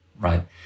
right